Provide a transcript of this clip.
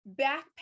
backpack